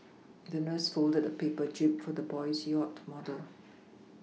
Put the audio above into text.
the nurse folded a paper jib for the boy's yacht model